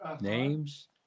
names